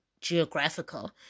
geographical